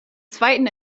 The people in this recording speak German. zweiten